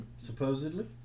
Supposedly